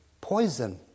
poison